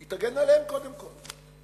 היא תגן עליהם קודם כול.